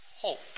hope